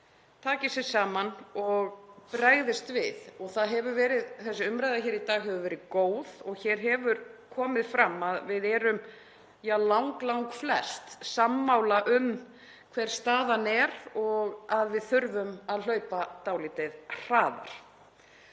taki sig saman og bregðist við. Þessi umræða hér í dag hefur verið góð og hér hefur komið fram að við erum langflest sammála um hver staðan er og að við þurfum að hlaupa dálítið hraðar.